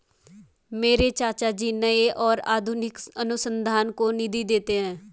मेरे चाचा जी नए और आधुनिक अनुसंधान को निधि देते हैं